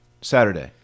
Saturday